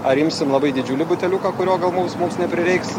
ar imsim labai didžiulį buteliuką kurio gal mums mums neprireiks